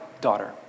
daughter